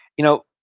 you know,